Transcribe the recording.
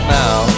now